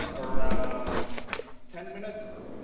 ah around ten minutes,